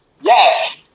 Yes